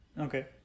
Okay